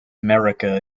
america